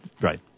Right